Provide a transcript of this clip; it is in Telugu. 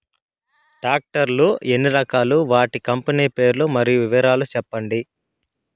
టాక్టర్ లు ఎన్ని రకాలు? వాటి కంపెని పేర్లు మరియు వివరాలు సెప్పండి?